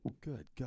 Good